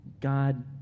God